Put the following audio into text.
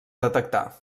detectar